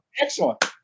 Excellent